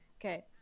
Okay